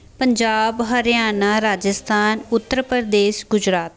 Punjab Haryana Rajasthan Uttar Pradesh Gujarat